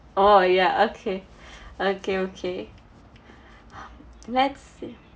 orh ya okay okay okay let's